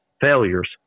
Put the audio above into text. failures